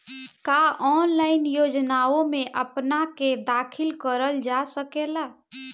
का ऑनलाइन योजनाओ में अपना के दाखिल करल जा सकेला?